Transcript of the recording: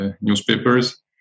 newspapers